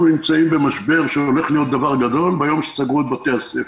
נמצאים במשבר שהולך להיות דבר גדול ביום שסגרו את בתי הספר.